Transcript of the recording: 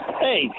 Hey